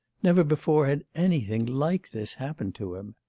never before had anything like this happened to him.